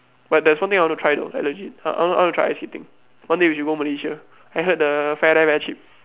but there is one thing I wanna try though like legit I want to try ice skating one day we should go Malaysia I heard the fare there very cheap